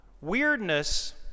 Weirdness